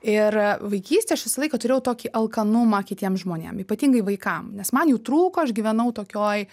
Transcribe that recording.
ir vaikystėj aš visą laiką turėjau tokį alkanumą kitiem žmonėm ypatingai vaikam nes man jų trūko aš gyvenau tokioj